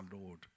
Lord